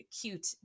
cute